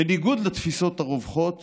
בניגוד לתפיסות הרווחות